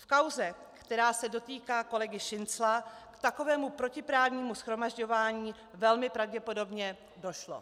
V kauze, která se dotýká kolegy Šincla, k takovému protiprávnímu shromažďování velmi pravděpodobně došlo.